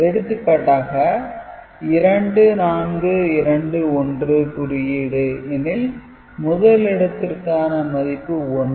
எடுத்துக்காட்டாக 2421 குறியீடு எனில் முதல் இடத்திற்க்கான மதிப்பு 1